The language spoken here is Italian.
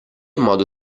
modo